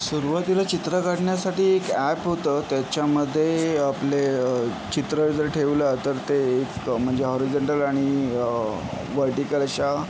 सुरवातीला चित्र काढण्यासाठी एक ॲप होतं त्याच्यामध्ये आपले चित्र जर ठेवलं तर ते इतकं म्हणजे हॉरिझोंटल आणि वर्टीकल अशा